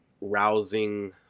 rousing